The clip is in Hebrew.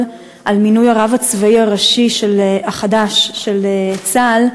על מינוי הרב הצבאי הראשי החדש של צה"ל,